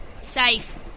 Safe